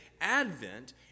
Advent